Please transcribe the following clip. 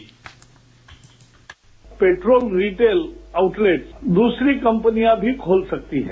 bite petrol retail outlets दूसरी कंपनियां भी खोल सकती हैं